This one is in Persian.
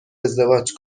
ازدواج